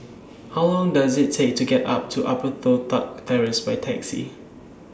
How Long Does IT Take to get up to Upper Toh Tuck Terrace By Taxi